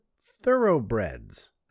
Thoroughbreds